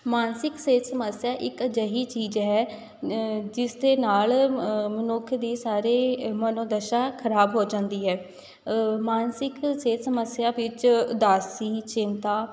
ਮਾਨਸਿਕ ਸਿਹਤ ਸਮੱਸਿਆ ਇੱਕ ਅਜਿਹੀ ਚੀਜ਼ ਹੈ ਜਿਸਦੇ ਨਾਲ ਮਨੁੱਖ ਦੀ ਸਾਰੀ ਮਨੋਦਸ਼ਾ ਖਰਾਬ ਹੋ ਜਾਂਦੀ ਹੈ ਮਾਨਸਿਕ ਸਿਹਤ ਸਮੱਸਿਆ ਵਿੱਚ ਉਦਾਸੀ ਚਿੰਤਾ